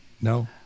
No